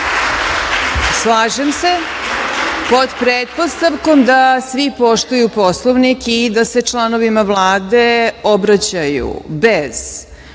Slažem se pod pretpostavkom da svi poštuju Poslovnik i da se članovima Vlade obraćaju bez